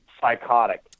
psychotic